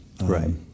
Right